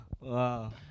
Wow